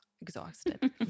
exhausted